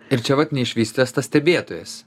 ir čia vat neišvystytas tas stebėtojas